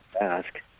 Ask